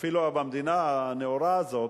אפילו במדינה הנאורה הזאת,